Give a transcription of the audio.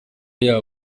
yabo